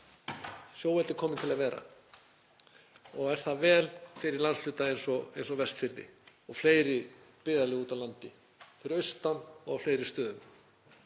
Sjóeldið er komið til að vera og er það vel fyrir landshluta eins og Vestfirði og fleiri byggðarlög úti á landi, fyrir austan og á fleiri stöðum.